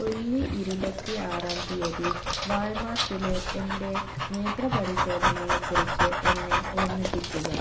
ഒല്ലി ഇരുപത്തി ആറാം തീയതി വാൾമാർട്ടിലെ എന്റെ നേത്ര പരിശോധനയെക്കുറിച്ച് എന്നെ ഓർമ്മിപ്പിക്കുക